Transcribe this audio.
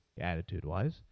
attitude-wise